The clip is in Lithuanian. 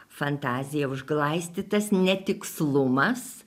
fantazija užglaistytas netikslumas